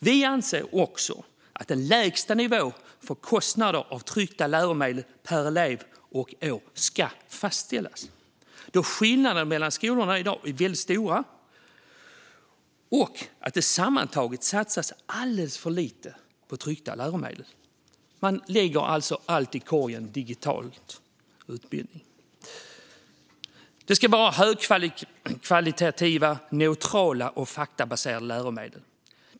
Vi anser också att en lägsta nivå för kostnader för tryckta läromedel per elev och år ska fastställas då skillnaderna mellan skolorna i dag är väldigt stora och det sammantaget satsas alldeles för lite på tryckta läromedel. Man lägger allt i korgen digital utbildning. Det ska vara högkvalitativa, neutrala och faktabaserade läromedel.